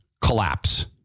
collapse